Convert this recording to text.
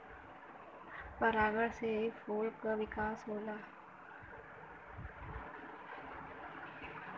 परागण से ही फूल क विकास होला